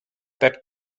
that